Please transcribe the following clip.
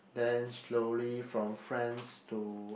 then slowly from friends to